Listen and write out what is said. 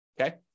okay